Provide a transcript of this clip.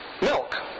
milk